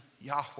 Yahweh